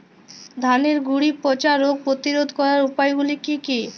ধানের গুড়ি পচা রোগ প্রতিরোধ করার উপায়গুলি কি কি?